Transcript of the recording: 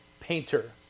painter